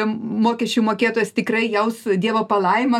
mokesčių mokėtojas tikrai jaustų dievo palaimą